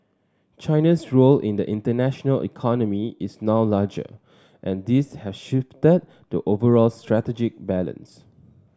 China's role in the international economy is now larger and this has shifted the overall strategic balance